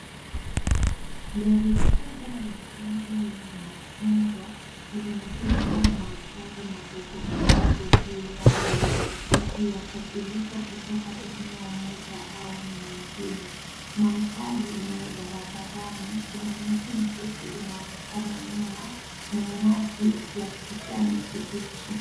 Lori kubwa la rangi ya machungwa imebeba magari madogo madogo juu yake likiyasafirisha kutoka eneo moja au nyingine . Mandhari ni ya barabarani ,kuna miti mirefu inaonekana nyuma na nyasi ya kijani kibichi.